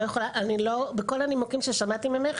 בכל הנימוקים ששמעתי ממך,